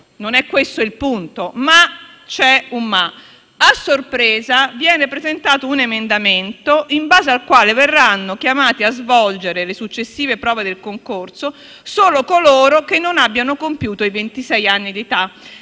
non è questo il punto. C'è un «ma»: a sorpresa viene presentato un emendamento in base al quale verranno chiamati a svolgere le successive prove del concorso solo coloro che non abbiano compiuto i ventisei